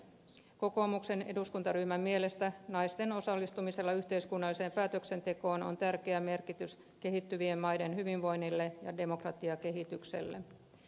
kokoomuksen eduskuntaryhmän mielestä naisten osallistumisella yhteiskunnalliseen päätöksentekoon on tärkeä merkitys kehittyvien maiden hyvinvoinnille ja demokratiakehitykselle